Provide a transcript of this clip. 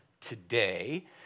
today